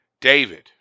David